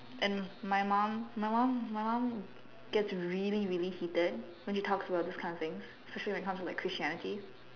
and my mom my mom my mom gets really really heated when he talks about this kind of thing especially when it comes to like Christianity